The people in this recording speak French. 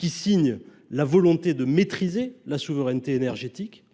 matière signe la volonté de maîtriser notre souveraineté énergétique.